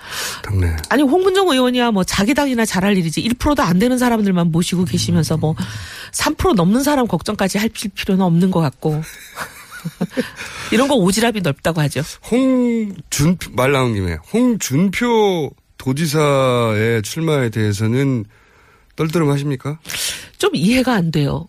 당내. 아니, 홍문종 의원이야 뭐 자기 당이나 잘할 일이지 1%도 안 되는 사람들만 모시고 계시면서 뭐 음. 3% 넘는 사람 걱정까지 할 필요는 없는 것 같고. 이런 거 오지랖이 넓다고 하죠. 홍준표- 말 나온 김에 홍준표 도지사의 출마에 대해서는 떨떠름하십니까? 좀 이해가 안 돼요.